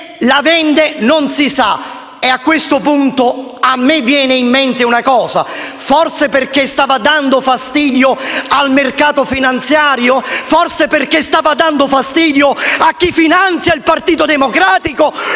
sa per quale motivo. A questo punto a me viene in mente una cosa: forse perché stava dando fastidio al mercato finanziario? Forse perché stava dando fastidio a chi finanzia il Partito Democratico